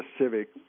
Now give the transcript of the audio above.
Civic